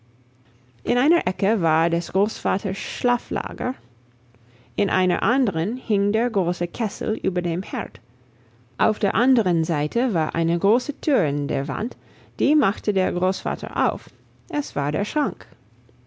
in einer ecke war des großvaters schlaflager in einer anderen hing der große kessel über dem herd auf der anderen seite war eine große tür in der wand die machte der großvater auf es war der schrank